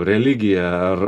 religija ar